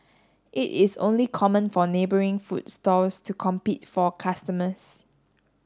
it is only common for neighbouring food stalls to compete for customers